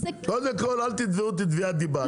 קודם כל אל תתבעו אותי תביעת דיבה,